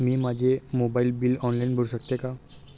मी माझे mobile bill online भरू शकते का?